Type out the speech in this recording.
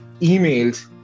emails